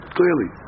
Clearly